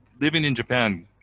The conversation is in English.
living in japan,